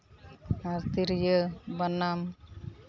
ᱟᱨ ᱛᱤᱨᱭᱟᱹ ᱵᱟᱱᱟᱢ